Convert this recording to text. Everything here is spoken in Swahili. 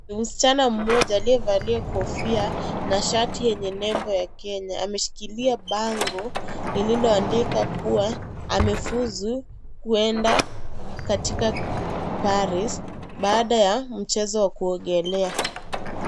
Msichana mmoja aliyevalia kofia na shati yenye nembo ya Kenya ameshikilia bango lililo andikwa kuwa amefuzu kwenda katika Paris baada ya mchezo wa kuogelea.